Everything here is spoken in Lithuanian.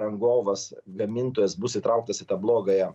rangovas gamintojas bus įtrauktas į tą blogąją